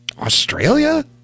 Australia